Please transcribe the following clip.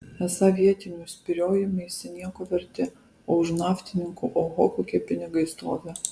esą vietinių spyriojimaisi nieko verti o už naftininkų oho kokie pinigai stovi